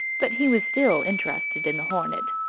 but he was still interested in the hornet.